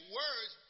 words